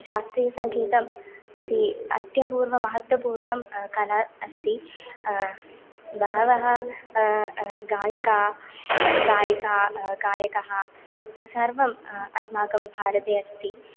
शास्त्रीयसङ्गीतम् इति अत्यपूर्णं महत्त्वपूर्णं कला अस्ति बहवः गायिकाः गायिकाः गायकः सर्वम् अस्माकं भारते अस्ति